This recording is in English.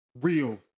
Real